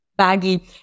baggy